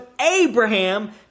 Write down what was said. Abraham